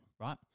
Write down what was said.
right